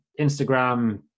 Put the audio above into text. Instagram